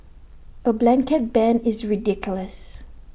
A blanket ban is ridiculous